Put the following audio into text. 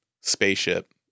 spaceship